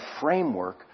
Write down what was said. framework